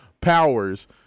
powers